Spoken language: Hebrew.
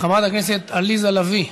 חברת הכנסת עליזה לביא,